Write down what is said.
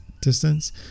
distance